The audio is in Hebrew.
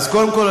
קודם כול,